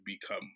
become